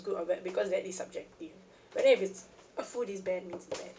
good or bad because that is subjective but then if it's a food is bad means bad